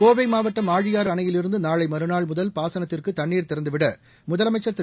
கோவை மாவட்டம் ஆழியாறு அணையில் இருந்து நாளை மறுநாள் முதல் பாசனத்திற்கு தண்ணீர் திறந்துவிட முதலமைச்சர் திரு